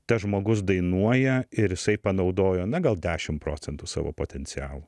tas žmogus dainuoja ir jisai panaudojo na gal dešim procentų savo potencialo